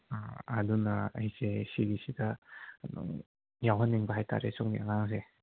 ꯑꯥ ꯑꯗꯨꯅ ꯑꯩꯁꯦ ꯁꯤꯒꯤꯁꯤꯗ ꯎꯝ ꯌꯥꯎꯍꯟꯅꯤꯡꯕ ꯍꯥꯏꯇꯔꯦ ꯁꯣꯝꯒꯤ ꯑꯉꯥꯡꯁꯦ